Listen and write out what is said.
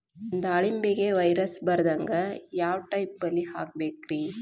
ದಾಳಿಂಬೆಗೆ ವೈರಸ್ ಬರದಂಗ ಯಾವ್ ಟೈಪ್ ಬಲಿ ಹಾಕಬೇಕ್ರಿ?